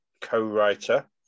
co-writer